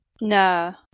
No